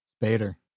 Bader